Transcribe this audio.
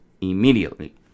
immediately